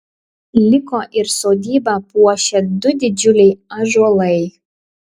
liko ir sodybą puošę du didžiuliai ąžuolai